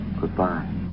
Goodbye